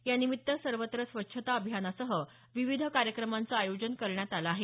यानिमित्त सर्वत्र स्वच्छता अभियानासह विविध कार्यक्रमांचं आयोजन करण्यात आलं आहे